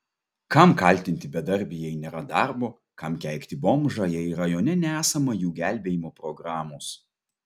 kam kaltinti bedarbį jei nėra darbo kam keikti bomžą jei rajone nesama jų gelbėjimo programos